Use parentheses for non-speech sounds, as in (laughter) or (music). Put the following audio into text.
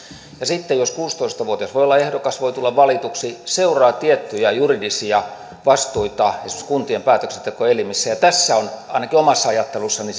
ja sitten jos kuusitoista vuotias voi olla ehdokas ja voi tulla valituksi seuraa tiettyjä juridisia vastuita esimerkiksi kuntien päätöksentekoelimissä ja tässä on ainakin omassa ajattelussani (unintelligible)